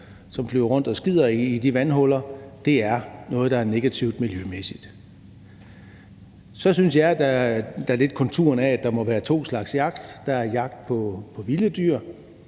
som flyver rundt og skider i de vandhuller. Det er noget, der er miljømæssigt negativt. Så synes jeg lidt, at man kan se konturerne af, at der må være to slags jagt: Der er jagt på vilde dyr,